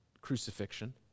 crucifixion